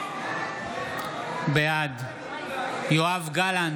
בעד יואב גלנט,